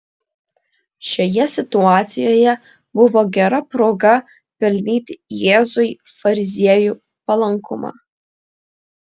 šioje situacijoje buvo gera proga pelnyti jėzui fariziejų palankumą